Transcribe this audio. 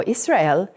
Israel